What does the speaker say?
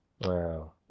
wow